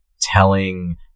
telling